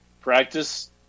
Practice